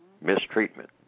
Mistreatment